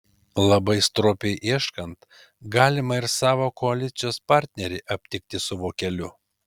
labai stropiai ieškant galima ir savo koalicijos partnerį aptikti su vokeliu